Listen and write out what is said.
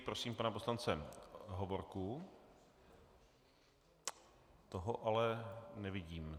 Prosím pana poslance Hovorku, toho ale nevidím.